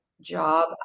job